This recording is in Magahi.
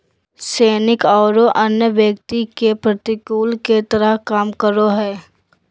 सैनिक औरो अन्य व्यक्ति के प्रतिकूल के तरह काम करो हइ